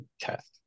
test